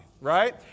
Right